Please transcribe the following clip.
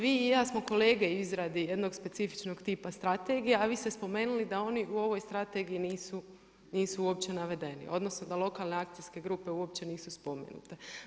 Vi i ja smo kolege u izradi jednog specifičnog tipa strategija, a vi ste spomenuli da oni u ovoj strategiji nisu uopće navedeni, odnosno da lokalne akcijske grupe uopće nisu spomenute.